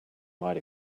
might